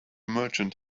merchant